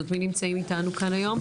אני לא בייביסיטר שלך.